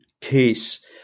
case